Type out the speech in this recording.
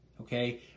okay